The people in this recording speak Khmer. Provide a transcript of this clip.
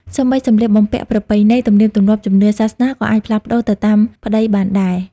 សូម្បីសម្លៀកបំពាក់ ប្រពៃណី ទំនៀមទម្លាប់ ជំនឿ សាសនាក៏អាចផ្លាល់ប្តូរទៅតាមប្តីបានដែរ។